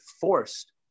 forced